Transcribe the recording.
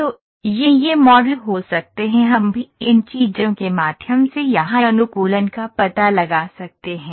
तो यह ये मॉडल हो सकते हैं हम भी इन चीजों के माध्यम से यहां अनुकूलन का पता लगा सकते हैं